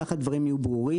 ככה הדברים יהיו ברורים.